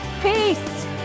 Peace